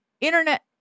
internet